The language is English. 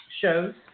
shows